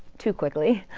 too quickly,